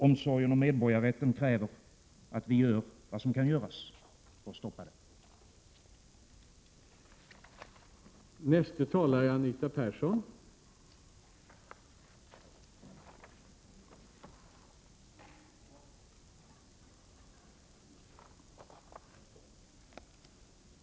Omsorgen om medborgarrätten kräver att vi gör vad som kan göras för att stoppa det. Jag yrkar därför att förslaget förklaras vilande.